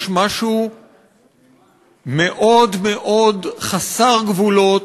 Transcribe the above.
יש משהו מאוד מאוד חסר גבולות,